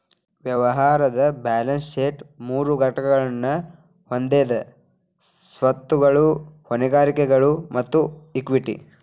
ವ್ಯವಹಾರದ್ balance sheet ಮೂರು ಘಟಕಗಳನ್ನ ಹೊಂದೆದ ಸ್ವತ್ತುಗಳು, ಹೊಣೆಗಾರಿಕೆಗಳು ಮತ್ತ ಇಕ್ವಿಟಿ